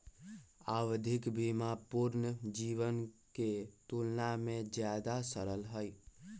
आवधिक बीमा पूर्ण जीवन के तुलना में ज्यादा सरल हई